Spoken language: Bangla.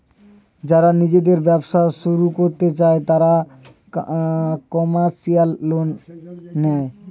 যারা নিজেদের ব্যবসা শুরু করতে চায় তারা কমার্শিয়াল লোন নেয়